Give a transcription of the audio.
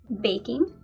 baking